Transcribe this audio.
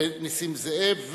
ונסים זאב,